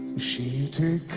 she